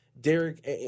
Derek